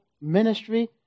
ministry